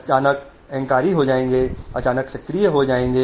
अचानक अहंकारी हो जाते हैं अचानक सक्रिय हो जाते हैं